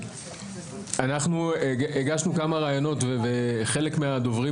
אנחנו הגשנו כמה רעיונות וחלק מהדוברים